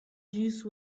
juice